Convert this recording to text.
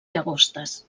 llagostes